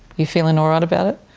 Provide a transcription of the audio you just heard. you feeling all right about it?